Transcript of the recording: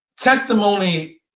testimony